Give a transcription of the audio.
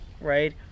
right